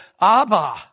Abba